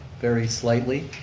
very slightly.